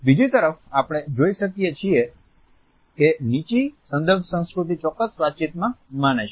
બીજી તરફ આપણે જોઈ શકીએ છીએ કે નીચી સંદર્ભ સંસ્કૃતિ ચોક્કસ વાતચીતમાં માને છે